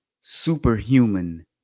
superhuman